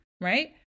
right